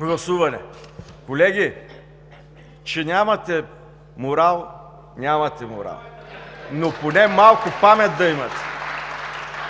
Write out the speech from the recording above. гласуване. Колеги, че нямате морал – нямате морал, но поне малко памет да имате!